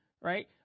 right